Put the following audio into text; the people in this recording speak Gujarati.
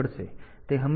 તેથી તે હંમેશની જેમ છે